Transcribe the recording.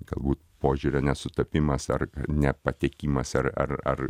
galbūt požiūrio nesutapimas ar nepatikimas ar ar